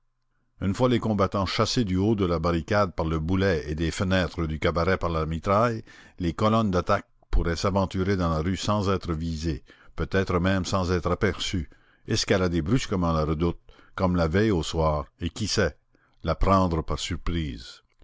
une fois les combattants chassés du haut de la barricade par le boulet et des fenêtres du cabaret par la mitraille les colonnes d'attaque pourraient s'aventurer dans la rue sans être visées peut-être même sans être aperçues escalader brusquement la redoute comme la veille au soir et qui sait la prendre par surprise